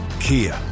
Kia